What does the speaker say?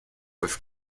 with